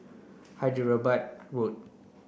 Hyderabad Road